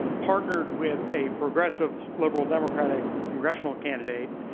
partnered with a progressive liberal democrat ah congressional candidate,